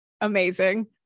amazing